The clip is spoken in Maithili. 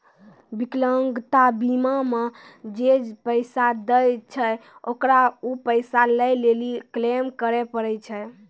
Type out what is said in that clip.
विकलांगता बीमा मे जे पैसा दै छै ओकरा उ पैसा लै लेली क्लेम करै पड़ै छै